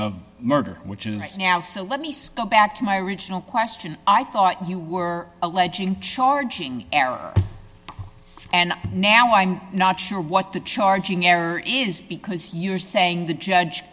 of murder which is now so let me stop back to my original question i thought you were alleging charging and now i'm not sure what the charging error is because you're saying the judge